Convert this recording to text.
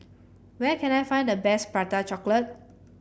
where can I find the best Prata Chocolate